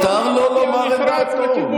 מותר לו לומר את דעתו,